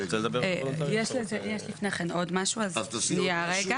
יש לפני כן עוד משהו שניה רגע.